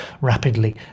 rapidly